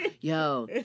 Yo